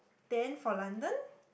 then for London